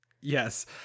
Yes